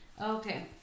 Okay